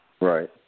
Right